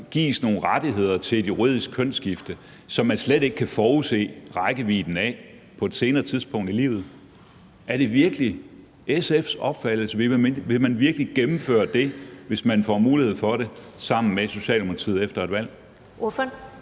gives nogle rettigheder til et juridisk kønsskifte, som man slet ikke kan forudse rækkevidden af på et senere tidspunkt i livet? Er det virkelig SF's opfattelse? Vil man virkelig gennemføre det, hvis man får mulighed for det, sammen med Socialdemokratiet efter et valg?